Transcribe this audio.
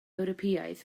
ewropeaidd